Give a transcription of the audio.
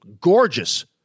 gorgeous